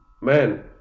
Man